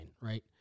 right